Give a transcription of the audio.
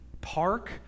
park